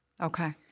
Okay